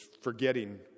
forgetting